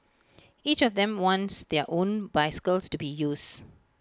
each of them wants their own bicycles to be used